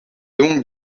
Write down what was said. donc